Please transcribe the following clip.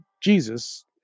Jesus